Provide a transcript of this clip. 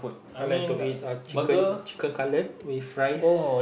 I like to eat uh chicken chicken cutlet with rice